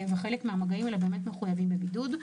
חלק מהמגעים האלה מחויבים בידוד,